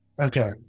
Okay